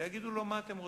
ויגידו: מה אתם רוצים?